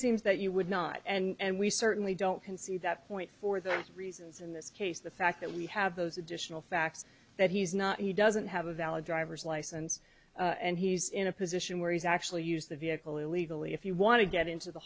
seems that you would not and we certainly don't concede that point for their reasons in this case the fact that we have those additional facts that he's not he doesn't have a valid driver's license and he's in a position where he's actually used the vehicle illegally if you want to get into the